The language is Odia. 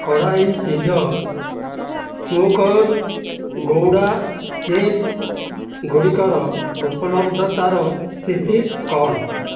କଡ଼ାଇ ଚିଜ୍ ସ୍ମୋକ୍ଡ଼୍ ଗୌଡ଼ା ଚିଜ୍ ଗୁଡ଼ିକର ଉପଲବ୍ଧତାର ସ୍ଥିତି କ'ଣ